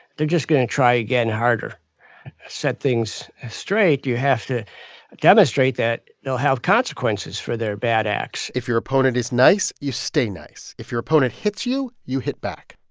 they're just going to try again harder. to set things ah straight, you have to demonstrate that they'll have consequences for their bad acts if your opponent is nice, you stay nice. if your opponent hits you, you hit back.